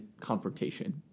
confrontation